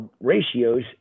ratios